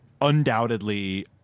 undoubtedly